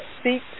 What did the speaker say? speak